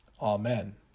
Amen